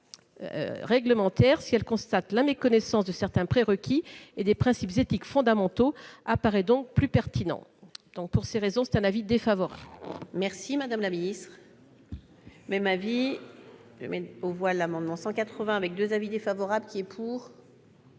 réglementaire, si elle constate la méconnaissance de certains prérequis et des principes éthiques fondamentaux, apparaît donc plus pertinent. L'avis de la commission spéciale est donc défavorable.